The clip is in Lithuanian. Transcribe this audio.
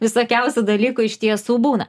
visokiausių dalykų iš tiesų būna